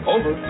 Over